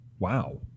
Wow